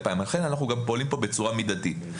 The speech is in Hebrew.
לכן אנחנו גם פועלים פה בצורה מידית.